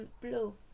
blue